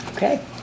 Okay